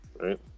right